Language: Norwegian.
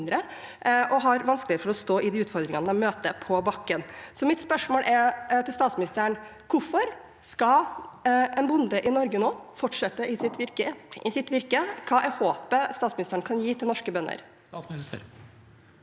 og har vanskeligere for å stå i de utfordringene de møter på bakken. Mitt spørsmål til statsministeren er: Hvorfor skal en bonde i Norge nå fortsette i sitt virke? Hva er håpet statsministeren kan gi til norske bønder? Statsminister